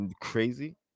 crazy